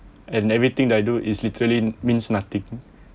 and everything that I do is literally means nothing